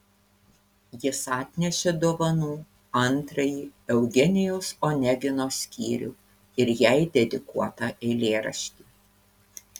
jis atnešė dovanų antrąjį eugenijaus onegino skyrių ir jai dedikuotą eilėraštį